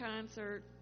concert